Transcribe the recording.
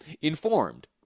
informed